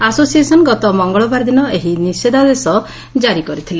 association ଗତ ମଙ୍ଗଳବାର ଦିନ ଏହି ନିଷେଧାଦେଶ ଜାରି କରିଥିଲା